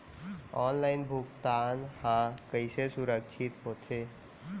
Online भुगतान हा कइसे सुरक्षित होथे?